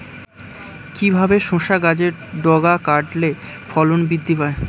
কিভাবে শসা গাছের ডগা কাটলে ফলন বৃদ্ধি পায়?